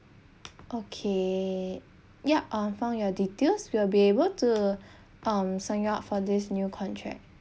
okay yup I've found your details we'll be able to um sign you up for this new contract